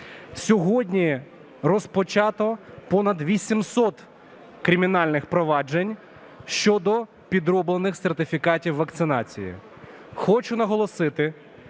Сьогодні розпочато понад 800 кримінальних проваджень щодо підроблених сертифікатів вакцинації. Хочу наголосити,